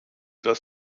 das